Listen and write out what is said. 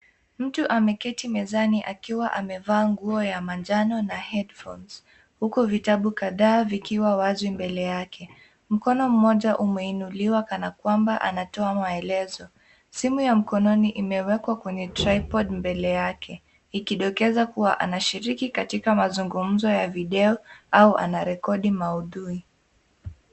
Mtu amekeketi mezani akiwa amevaa nguo ya manjano na headphones , huku vitabu kadhaa vikiwa wazi mbele yake. Mkono mmoja umeinuliwa kana kwamba anatoa maelezo. Simu ya mkononi imewekwa kwenye [s] tripod mbele yake, ikidokeza kuwa anashiriki katika mazungumzo ya video au anarekodi mudhui.